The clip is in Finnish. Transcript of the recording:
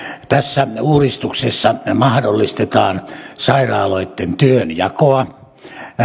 tässä uudistuksessa mahdollistetaan sairaaloitten työnjakoa